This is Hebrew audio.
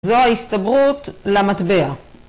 ‫זו ההסתברות למטבע.